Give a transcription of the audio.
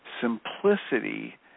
simplicity